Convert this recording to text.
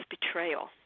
betrayal